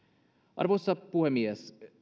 arvoisa puhemies